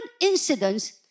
incidents